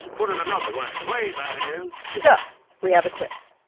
put it another way way, that is yeah so we have a quiz.